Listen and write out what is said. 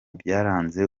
byaranze